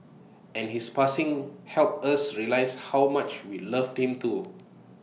and his passing helped us realise how much we loved him too